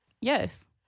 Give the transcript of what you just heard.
Yes